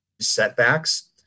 setbacks